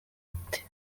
ati